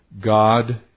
God